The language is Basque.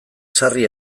sarri